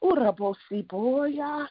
Urabosiboya